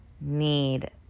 need